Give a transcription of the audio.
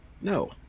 no